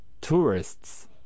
tourists